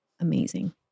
amazing